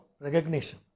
recognition